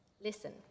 Listen